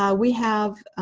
ah we have